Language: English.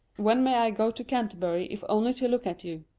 when may i go to canter bury if only to look at you?